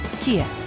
Kia